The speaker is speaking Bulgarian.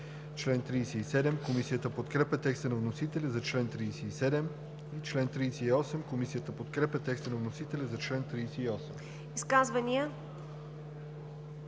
Изказвания?